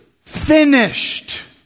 finished